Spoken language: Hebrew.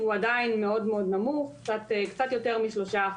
והוא עדיין מאוד נמוך קצת יותר מ-3%.